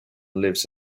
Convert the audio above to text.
lives